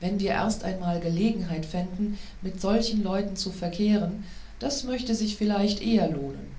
wenn wir erst einmal gelegenheit fänden mit solchen leuten zu verkehren das möchte sich vielleicht eher lohnen